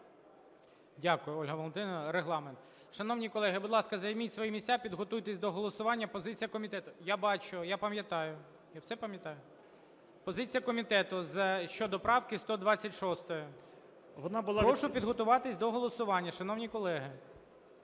Дякую, Ольга Валентинівно. Регламент. Шановні колеги, будь ласка, займіть свої місця, підготуйтесь до голосування. Позиція комітету. Я бачу, я пам'ятаю. Я все пам'ятаю. Позиція комітету щодо правки 126. Прошу підготуватися до голосування, шановні колеги.